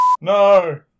No